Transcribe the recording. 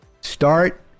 Start